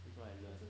that's what I learn